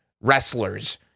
wrestlers